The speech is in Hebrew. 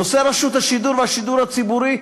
נושא רשות השידור והשידור הציבורי,